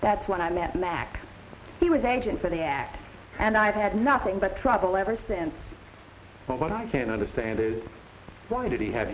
that's when i met mack he was agent for the act and i've had nothing but trouble ever since but what i can't understand is why did he have